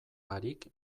barik